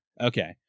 Okay